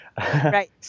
Right